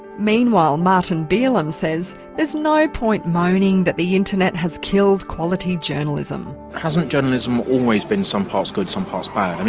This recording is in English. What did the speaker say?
meanwhile martin belam says there's no point moaning that the internet has killed quality journalism. hasn't journalism always been some parts good and some parts bad?